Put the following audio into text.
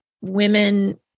women